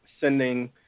sending